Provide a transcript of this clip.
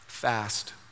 fast